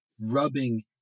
rubbing